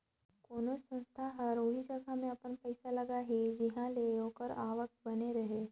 कोनोच संस्था हर ओही जगहा में अपन पइसा लगाही जिंहा ले ओकर आवक बने रहें